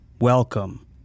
Welcome